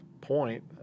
point